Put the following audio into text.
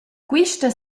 quista